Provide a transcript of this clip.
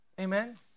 Amen